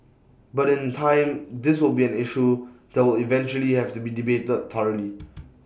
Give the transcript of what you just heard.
but in time this will be an issue that will eventually have to be debated thoroughly